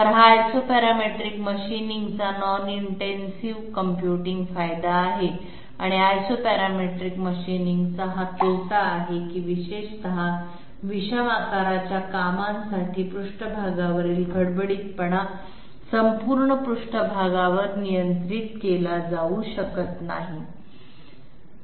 तर हा Isoparametric मशीनिंगचा नॉन इंटेन्सिव्ह कम्प्युटिंग फायदा आहे आणि Isoparametric मशीनिंगचा हा तोटा आहे की विशेषत विषम आकाराच्या कामांसाठी पृष्ठभागावरील खडबडीतपणा संपूर्ण पृष्ठभागावर नियंत्रित केला जाऊ शकत नाही